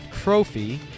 trophy